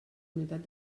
unitat